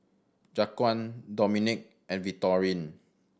Jaquan Dominque and Victorine